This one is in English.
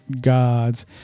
gods